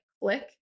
click